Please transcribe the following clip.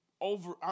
over